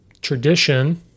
Tradition